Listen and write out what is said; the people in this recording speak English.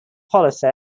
policy